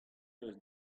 eus